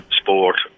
sport